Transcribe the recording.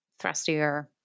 thrustier